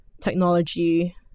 technology